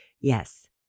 Yes